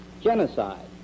Genocide